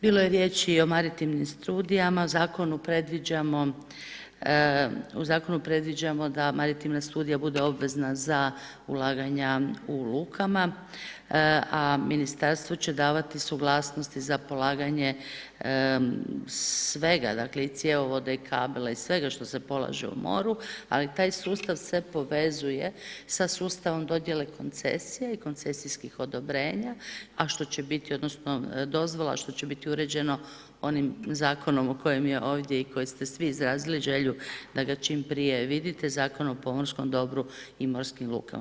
Bilo je riječi i o maritivnim studijama, u zakonu predviđamo da maritivna studija bude obvezna za ulaganja u lukama, a Ministarstvo će davati suglasnosti za polaganje svega dakle, i cjevovoda i kabela i svega što se polaže u moru, ali taj sustav se povezuje sa sustavom dodjele koncesije i koncesijskih odobrenja, a što će biti, odnosno dozvola, što će biti uređeno onim zakonom o kojem je ovdje i koji ste svi izrazili želju da ga čim prije vidite, zakon o pomorskom dobru i morskim lukama.